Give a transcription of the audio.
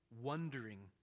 wondering